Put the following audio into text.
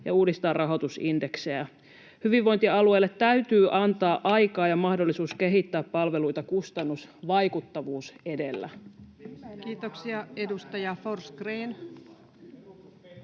ja uudistaa rahoitusindeksejä. Hyvinvointialueille täytyy antaa aikaa ja mahdollisuus kehittää palveluita kustannusvaikuttavuus edellä. Kiitoksia. — Edustaja Forsgrén.